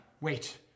Wait